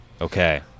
Okay